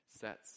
sets